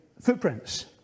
Footprints